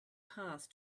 path